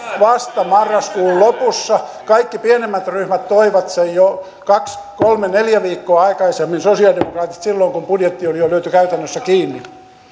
vasta marraskuun lopussa kaikki pienemmät ryhmät toivat sen jo kaksi kolme tai neljä viikkoa aikaisemmin sosialidemokraatit silloin kun budjetti oli jo lyöty käytännössä kiinni